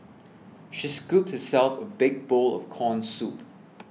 she scooped herself a big bowl of Corn Soup